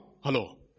Hello